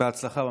בהצלחה במשרד.